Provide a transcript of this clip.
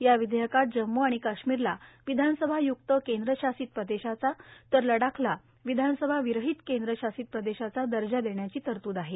या विधेयकात जम्म् आणि काश्मीरला विधानसभा य्क्त केंद्र शासित प्रदेशाचा तर लडाखला विधानसभा विरहित केंद्र शासित प्रदेशाचा दर्जा देण्याची तरत्द आहे